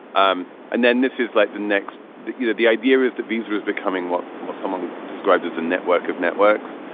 um and then this is like the next. the you know the idea is that visa is becoming what what someone described as a network of networks.